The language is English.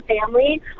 family